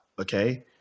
okay